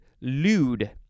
lewd